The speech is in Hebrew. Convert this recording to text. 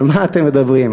על מה אתם מדברים?